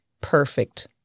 perfect